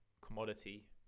commodity